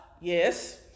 Yes